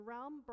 Realm